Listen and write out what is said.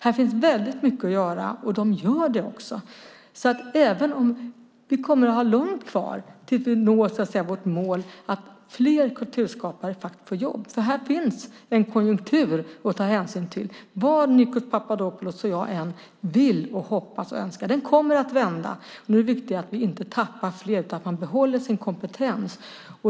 Här finns väldigt mycket att göra, och de gör det också, även om vi kommer att ha långt kvar tills vi når vårt mål att fler kulturskapare får jobb - här finns en konjunktur att ta hänsyn till. Vad Nikos Papadopoulos och jag än vill, hoppas och önskar kommer den att vända. Det är då viktigt att vi inte tappar fler utan att man behåller sin kompetens.